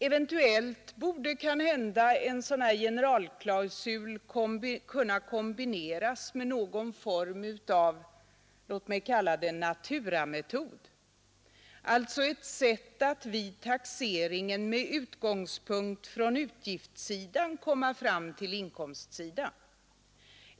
Eventuellt borde en sådan här generalklausul kunna kombineras med någon form av — låt mig kalla det — naturametod, alltså ett sätt att vid taxeringen med utgångspunkt i utgiftssidan komma fram till inkomstsidan.